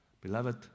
Beloved